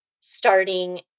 starting